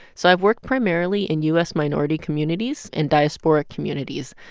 so i've worked primarily in u s. minority communities and diasporic communities,